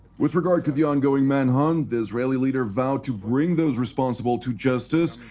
with regard to the ongoing manhunt, the israeli leader vowed to bring those responsible to justice,